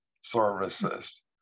services